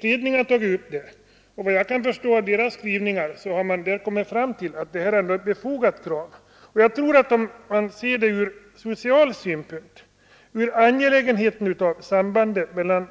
Centrala studiehjälpsnämnden har sett på saken, och glesbygdsutredningen har tagit upp dessa frågor som angelägna och väsentliga. Jag tror också att ur social synpunkt, med tanke på sambandet mellan